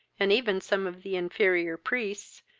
and even some of the inferior priests,